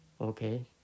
Okay